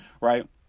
right